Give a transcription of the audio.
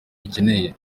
ikeneye